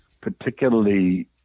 particularly